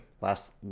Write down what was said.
Last